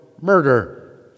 murder